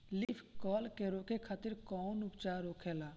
Leaf curl के रोके खातिर कउन उपचार होखेला?